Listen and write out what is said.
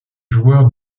joueur